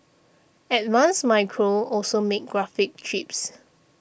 advanced Micro also makes graphics chips